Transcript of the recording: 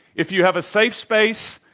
if you have a safe space,